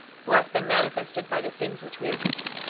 who hath been manifested by the things which we have written.